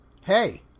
hey